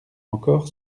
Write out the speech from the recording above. encore